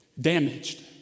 damaged